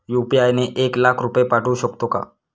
UPI ने एक लाख रुपये पाठवू शकतो का?